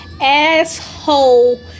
Asshole